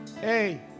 Hey